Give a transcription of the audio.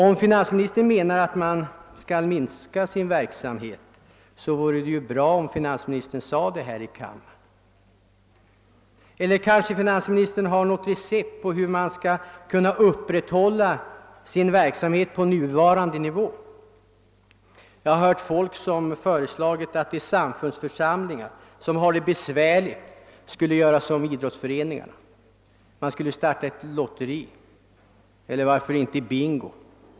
Om finansministern menar att organisationerna skall minska sin verksamhet, vore det bra om han sade det här i kammaren. Eller kanske finansministern har något recept på hur de skall kunna upprätthålla sin verksamhet på nuvarande nivå? Jag har hört folk föreslå att de församlingar som har det besvärligt skulle göra som idrottsföreningarna: de skulle starta ett lotteri eller varför inte bingo.